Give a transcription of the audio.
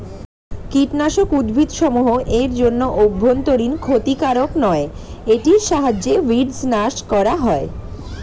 কীটনাশক উদ্ভিদসমূহ এর জন্য অভ্যন্তরীন ক্ষতিকারক নয় এটির সাহায্যে উইড্স নাস করা হয়